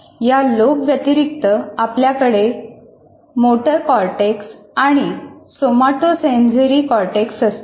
या लोब व्यतिरिक्त आपल्याकडे मोटर कॉर्टेक्स आणि सोमाटोसेन्झरी कॉर्टेक्स असतात